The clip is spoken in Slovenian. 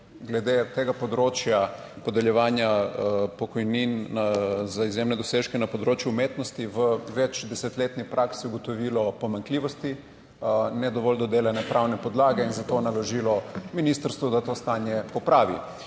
glede tega področja podeljevanja pokojnin za izjemne dosežke na področju umetnosti v več desetletni praksi ugotovilo pomanjkljivosti ne dovolj dodelane pravne podlage in za to naložilo ministrstvu, da to stanje popravi.